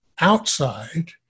outside